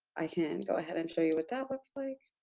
i can go ahead and show you what that looks like.